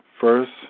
First